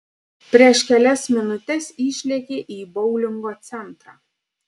prieš kelias minutes išlėkė į boulingo centrą